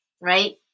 right